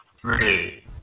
three